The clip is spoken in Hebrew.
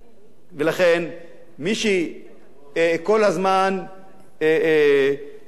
כל הזמן אנחנו שומעים